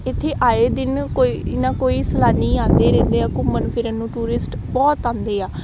ਇੱਥੇ ਆਏ ਦਿਨ ਕੋਈ ਨਾ ਕੋਈ ਸੈਲਾਨੀ ਆਉਂਦੇ ਰਹਿੰਦੇ ਆ ਘੁੰਮਣ ਫਿਰਨ ਨੂੰ ਟੂਰਿਸਟ ਬਹੁਤ ਆਉਂਦੇ ਆ